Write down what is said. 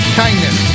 kindness